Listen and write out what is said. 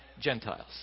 gentiles